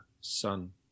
son